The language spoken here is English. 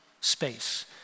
space